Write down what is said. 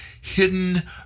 hidden